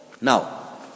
Now